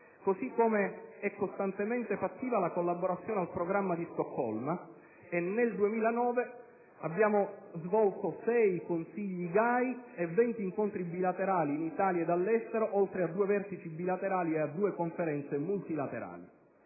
così com'è costantemente fattiva la collaborazione al programma di Stoccolma: nel 2009 abbiamo svolto sei Consigli GAI e venti incontri bilaterali, in Italia ed all'estero, oltre a due vertici bilaterali e a due conferenze multilaterali.